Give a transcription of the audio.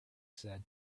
said